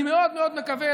אני מאוד מאוד מקווה,